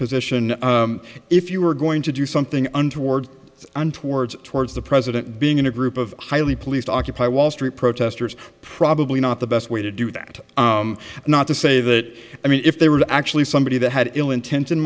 position if you were going to do something untoward and towards towards the president being in a group of highly policed occupy wall street protesters probably not the best way to do that not to say that i mean if they were actually somebody that had ill intent in